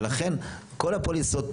ולכן כל פוליסות,